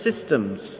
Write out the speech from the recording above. systems